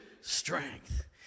strength